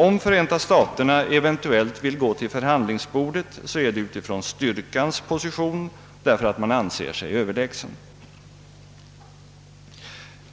Om amerikanerna eventuellt går till förhandlingsbordet är det utifrån styrkans position, därför att de anser sig överlägsna.